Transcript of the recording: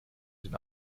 den